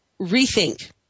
rethink